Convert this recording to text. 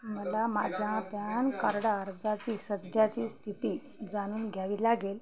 मला माझ्या PAN card अर्जाची सध्याची स्थिती जाणून घ्यावी लागेल